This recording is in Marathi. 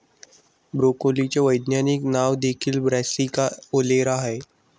ब्रोकोलीचे वैज्ञानिक नाव देखील ब्रासिका ओलेरा आहे